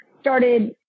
started